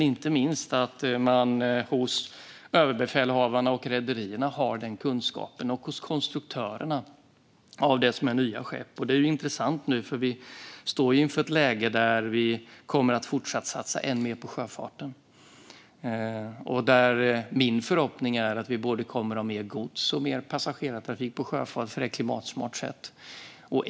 Inte minst viktigt är det att befälhavarna, rederierna och konstruktörerna har kunskap om nya skepp. Det är intressant nu, för vi står i ett läge där vi kommer att fortsätta satsa än mer på sjöfarten. Där är min förhoppning att vi kommer att ha mer både gods och passagerartrafik med sjöfart, för det är klimatsmart.